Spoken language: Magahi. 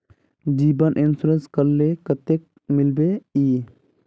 जीवन इंश्योरेंस करले कतेक मिलबे ई?